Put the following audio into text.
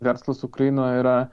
verslas ukrainoj yra